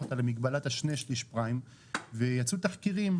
אותה למגבלת השני שליש פריים ויצאו תחקירים,